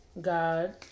God